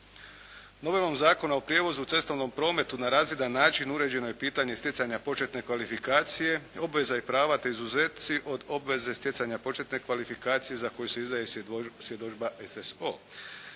Zakona o prijevozu u cestovnom prometu na razvidan način uređeno je pitanje stjecanja početne kvalifikacije, obveza i prava, te izuzetci od obveze stjecanja početne kvalifikacije za koju se izdaje svjedodžba SSO.